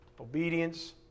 obedience